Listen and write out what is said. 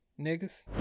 Niggas